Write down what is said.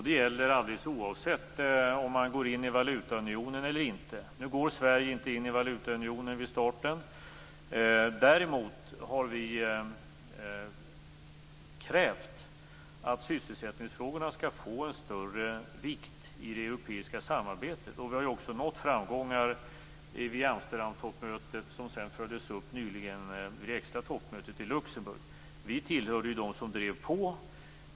Det gäller alldeles oavsett om man går in i valutaunionen eller inte. Nu går Sverige inte in i valutaunionen vid starten. Däremot har vi krävt att sysselsättingsfrågorna skall få en större vikt i det europeiska samarbetet. Vi har också nått framgångar vid Amsterdamtoppmötet som sedan nyligen följdes upp vid det extra toppmötet i Luxemburg. Vi tillhörde ju dem som drev på.